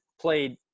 played